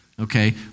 okay